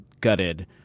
gutted